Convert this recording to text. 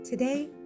Today